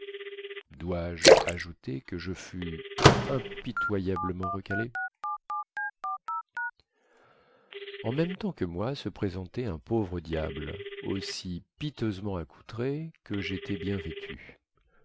doisje ajouter que je fus impitoyablement recalé en même temps que moi se présentait un pauvre diable aussi piteusement accoutré que jétais bien vêtu